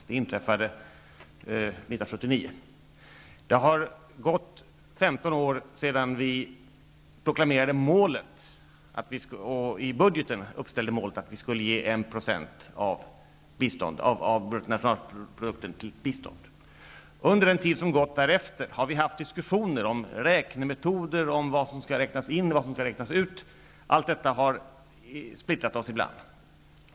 Det inträffade 1979. Det har gått 15 år sedan vi proklamerade målet och i budgeten uppställde målet att vi skulle ge 1 % av bruttonationalprodukten till bistånd. Under den tid som gått därefter har vi haft diskussioiner om räknemetoder, om vad som skall räknas in och inte räknas in, och detta har splittrat oss ibland.